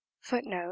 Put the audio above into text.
Footnote